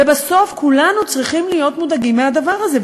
ובסוף כולנו צריכים להיות מודאגים מהדבר הזה.